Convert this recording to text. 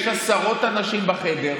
יש עשרות אנשים בחדר.